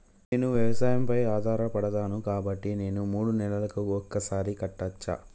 నేను వ్యవసాయం పై ఆధారపడతాను కాబట్టి నేను మూడు నెలలకు ఒక్కసారి కట్టచ్చా?